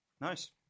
Nice